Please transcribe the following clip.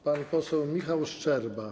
Pan poseł Michał Szczerba.